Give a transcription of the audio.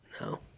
No